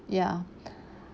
ya